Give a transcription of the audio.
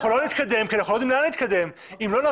אנחנו לא נתקדם, כי אנחנו לא יודעים לאן נתקדם.